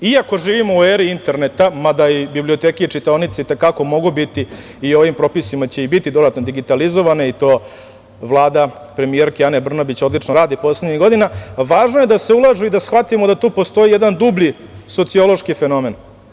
Iako živimo u eri interneta, mada i biblioteke i čitaonice i te kako mogu biti i ovim propisima će i biti dodatno digitalizovane, i to Vlada premijerke Ane Brnabić odlično radi poslednjih godina, važno je da se ulažu i da shvatimo da tu postoji jedan dublji sociološki fenomen.